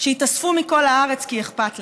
שהתאספו מכל הארץ כי אכפת להם.